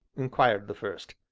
inquired the first.